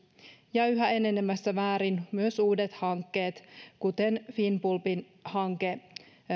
ja yhä enenevässä määrin myös uudet hankkeet kuten finnpulpin hanke